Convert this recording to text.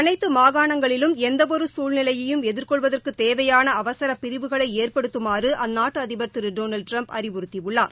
அனைத்து மாகாணங்களிலும் எந்த ஒரு சூழ்நிலையையும் எதிர் கொள்வதற்குத் தேவையான அவசரப் பிரிவுகளை ஏற்படுத்துமாறு அந்நாட்டு அதிபர் திரு டொனால்டு ட்டிரம்ப் அறிவறுத்தியுள்ளார்